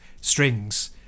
strings